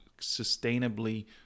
sustainably